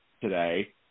today